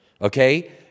okay